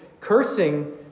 cursing